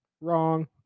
Wrong